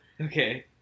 Okay